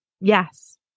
Yes